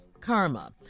karma